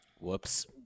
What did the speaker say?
Whoops